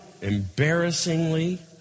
embarrassingly